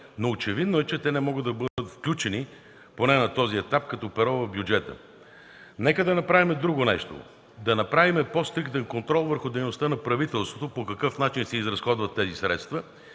Очевидно е, че те не могат да бъдат включени, поне на този етап, като перо в бюджета. Нека да направим друго нещо – стриктен контрол върху дейността на правителството по какъв начин се изразходват тези средства